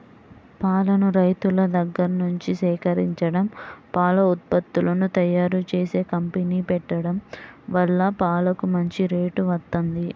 పాలను రైతుల దగ్గర్నుంచి సేకరించడం, పాల ఉత్పత్తులను తయ్యారుజేసే కంపెనీ పెట్టడం వల్ల పాలకు మంచి రేటు వత్తంది